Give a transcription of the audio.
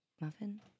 muffin